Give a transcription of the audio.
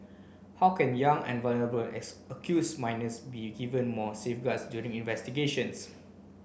how can Young and vulnerable accused minors be given more safeguards during investigations